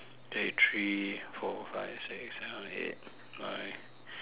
there three four five six seven eight nine